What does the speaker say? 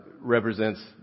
represents